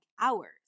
hours